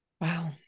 wow